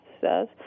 says